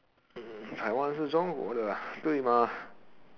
台湾是中国的啊对吗